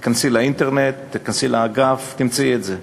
תיכנסי לאינטרנט, תיכנסי לאגף, תמצאי את זה.